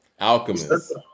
Alchemist